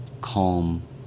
calm